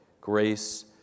grace